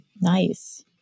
Nice